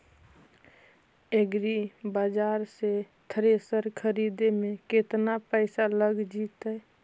एग्रिबाजार से थ्रेसर खरिदे में केतना पैसा लग जितै?